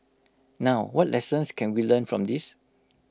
now what lessons can we learn from this